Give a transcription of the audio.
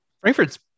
Frankfurt's